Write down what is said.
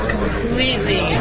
Completely